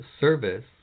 service